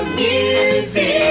music